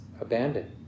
abandoned